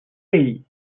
ell